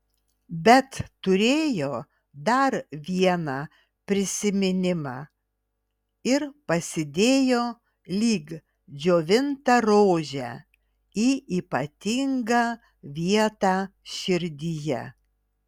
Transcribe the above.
bet turėjo dar vieną prisiminimą ir pasidėjo lyg džiovintą rožę į ypatingą vietą širdyje